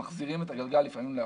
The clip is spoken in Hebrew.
לפעמים אנחנו מחזירים את הגלגל לאחור.